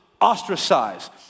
ostracized